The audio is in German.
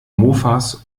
mofas